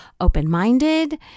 open-minded